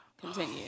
Continue